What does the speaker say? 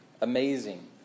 amazing